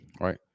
right